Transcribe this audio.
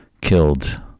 killed